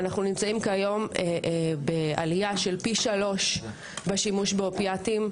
אנחנו נמצאים כיום בעלייה פי שלושה בשימוש באופיאטים.